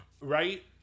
right